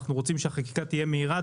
אנחנו רוצים שהחקיקה תהיה מהירה,